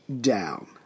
down